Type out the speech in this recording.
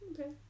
Okay